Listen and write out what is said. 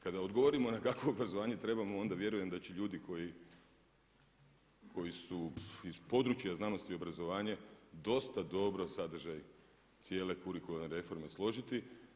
Kada odgovorimo na kakvo obrazovanje trebamo, onda vjerujem da će ljudi koji su iz područja znanosti, obrazovanja dosta dobro sadržaj cijele kurikularne reforme složiti.